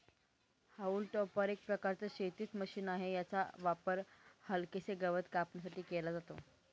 haulm topper एक प्रकारचं शेतीच मशीन आहे, याचा वापर हलकेसे गवत कापण्यासाठी केला जातो